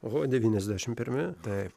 o devyniasdešim pirmi taip